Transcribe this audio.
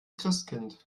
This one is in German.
christkind